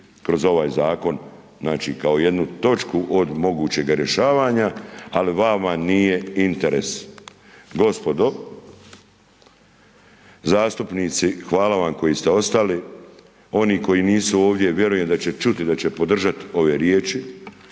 kroz ovaj zakon, znači kao jednu točku od mogućega rješavanja ali vama nije interes. Gospodo zastupnici, hvala vam koji ste ostali, oni koji nisu ovdje, vjerujem da će čuti, da će podržati ove riječi